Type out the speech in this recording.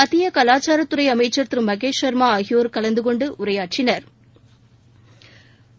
மத்திய கவாச்சார துறை அமைச்சர் திரு மகேஷ் சர்மா ஆகியோர் கலந்து கொண்டு உரையாற்றினா்